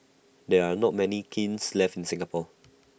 there are not many kilns left in Singapore